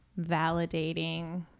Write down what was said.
validating